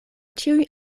ĉiuj